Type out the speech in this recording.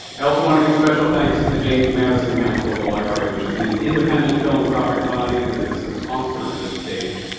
i also want to give special thanks to the james madison council of the library which is an independent philanthropic body that is the sponsor of this stage.